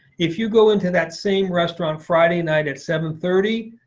if you go into that same restaurant friday night at seven thirty,